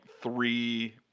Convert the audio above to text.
three